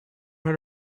had